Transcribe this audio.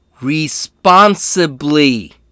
responsibly